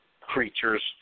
creatures